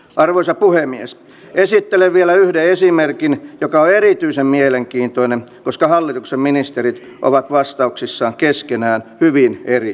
rajavartiolaitoksen toimintaan on vaikuttanut ehkä eniten turvapaikanhakijoiden määrän kasvu tänä vuonna sekä tilanne venäjällä ja itämeren alueella